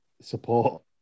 support